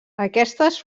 aquestes